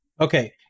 Okay